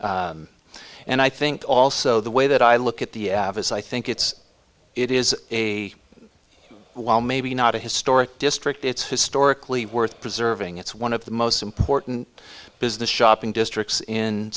standpoint and i think also the way that i look at the is i think it's it is a well maybe not a historic district it's historically worth preserving it's one of the most important business shopping districts in